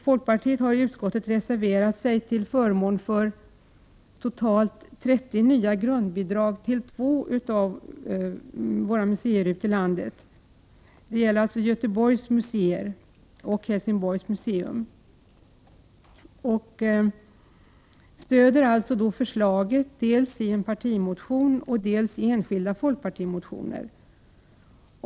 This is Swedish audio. Folkpartiet har i utskottet reserverat sig till förmån för totalt 30 nya grundbidrag till två museer ute i landet — Göteborgs museer och Helsingborgs museum. Vi stödjer därmed de förslag som har lagts fram av folkpartiet dels i en partimotion, dels i enskilda motioner.